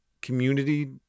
community